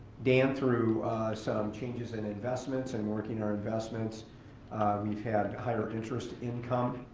dan threw some changes in investments and working our investments we've had higher interest income,